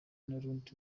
n’urundi